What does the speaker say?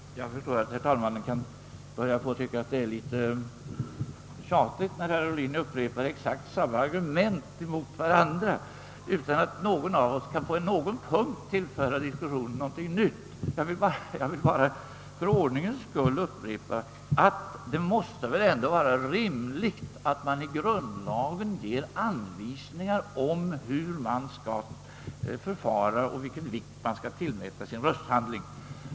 Herr talman! Jag förstår att herr talmannen kan börja tycka att det är litet tjatigt när herr Ohlin och jag upprepar exakt samma argument mot varandra utan att någon av oss på dessa punkter kan tillföra diskussionen någonting nytt. Jag vill bara för ordningens skull upprepa att det väl ändå är rimligt att det i grundlagen ges anvisningar om vilken vikt man skall tillmäta sin rösthandling.